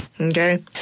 okay